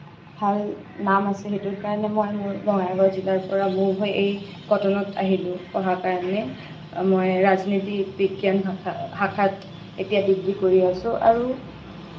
ভাল নাম আছে সেইটোৰ কাৰণে মই মোৰ বঙাইগাঁও জিলাৰ পৰা মুভ হৈ এই কটনত আহিলোঁ পঢ়াৰ কাৰণে মই ৰাজনীতি বিজ্ঞান ভাষা শাখাত এতিয়া ডিগ্ৰী কৰি আছোঁ আৰু